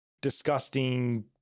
disgusting